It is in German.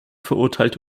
verurteilt